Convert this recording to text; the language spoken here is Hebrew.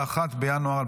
21 בינואר 2025,